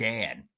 Dan